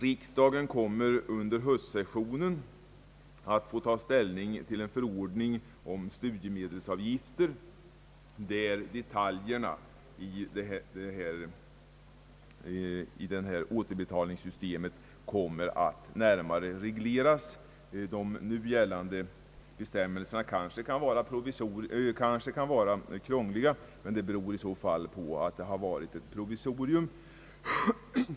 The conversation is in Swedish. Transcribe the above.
Riksdagen kommer under höstsessionen att få ta ställning till en förordning om <studiemedelsavgifter, där detaljerna i detta återbetalningssystem skall närmare regleras. De nu gällande bestämmelserna kan måhända vara krångliga, men det beror väl i så fall på att det har varit ett provisorium.